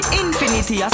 infinity